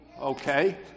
okay